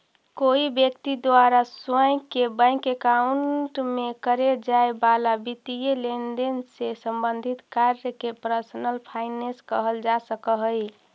कोई व्यक्ति द्वारा स्वयं के बैंक अकाउंट में करे जाए वाला वित्तीय लेनदेन से संबंधित कार्य के पर्सनल फाइनेंस कहल जा सकऽ हइ